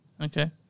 okay